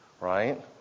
Right